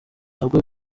nabwo